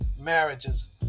marriages